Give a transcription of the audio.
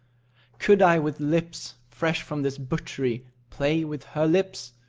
could i with lips fresh from this butchery play with her lips?